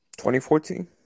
2014